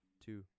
two